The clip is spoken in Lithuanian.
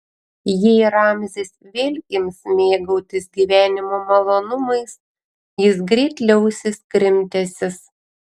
jei ramzis vėl ims mėgautis gyvenimo malonumais jis greit liausis krimtęsis